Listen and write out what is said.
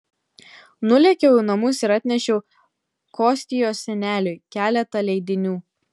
nulėkiau į namus ir atnešiau kostios seneliui keletą leidinių